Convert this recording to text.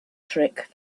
trick